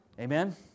Amen